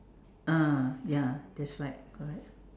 ah ya that's right correct